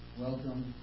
Welcome